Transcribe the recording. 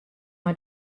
mei